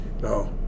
No